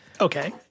Okay